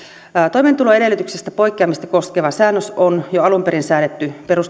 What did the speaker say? toimeentuloedellytyksestä poikkeamista koskeva säännös on jo alun perin säädetty perustuslakivaliokunnan myötävaikutuksella